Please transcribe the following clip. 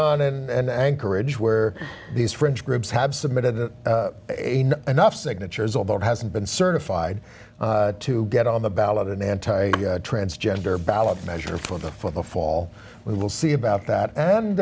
on and anchorage where these fringe groups have submitted enough signatures although it hasn't been certified to get on the ballot in anti a transgender ballot measure for the for the fall we will see about that and